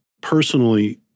personally